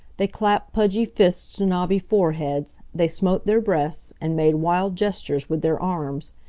they clapped pudgy fists to knobby foreheads they smote their breasts, and made wild gestures with their arms.